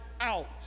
out